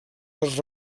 les